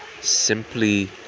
Simply